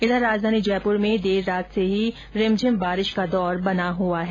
इधर राजधानी जयपूर में देर रात से ही रिमझिम बारिश का दौर बना हुआ है